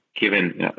given